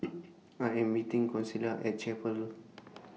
I Am meeting Consuela At Chapel